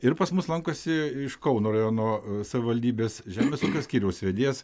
ir pas mus lankosi iš kauno rajono savivaldybės žemės ūkio skyriaus vedėjas